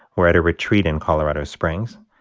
were at a retreat in colorado springs.